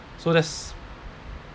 so that's